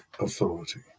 authority